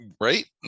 Right